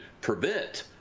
prevent